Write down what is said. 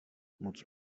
moc